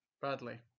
Bradley